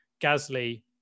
Gasly